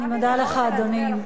אני מודה לך, אדוני.